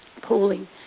Pooling